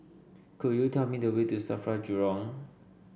could you tell me the way to Safra Jurong